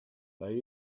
they